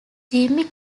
jimmy